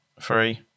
Three